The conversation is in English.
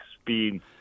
speed